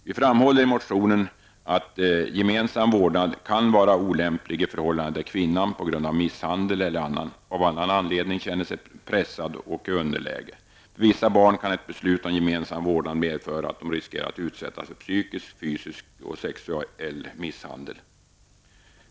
Vi framhåller i vår motion att gemensam vårdnad kan vara olämplig i förhållanden där kvinnan på grund av misshandel eller av annan anledning känner sig pressad och i underläge. För vissa barn kan ett beslut om gemensam vårdnad medföra att de riskerar att utsättas för psykisk, fysisk och sexuell misshandel.